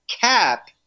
Cap